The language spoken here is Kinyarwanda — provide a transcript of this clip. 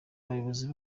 abayobozi